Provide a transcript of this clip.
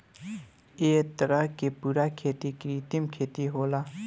ए तरह के पूरा खेती कृत्रिम खेती होला